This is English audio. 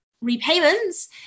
repayments